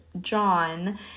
John